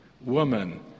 Woman